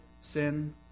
sin